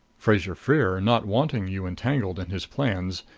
fraser-freer, not wanting you entangled in his plans,